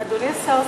אדוני השר,